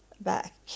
back